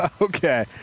okay